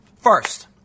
first